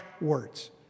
words